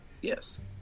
Yes